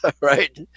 right